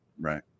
Right